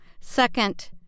second